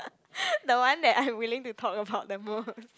the one that I am willing to talk about the most